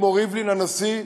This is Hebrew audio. כמו הנשיא ריבלין,